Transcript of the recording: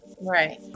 Right